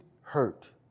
hurt